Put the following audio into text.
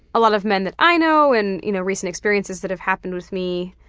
a lot of men that i know and you know recent experiences that have happened with me,